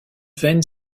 veine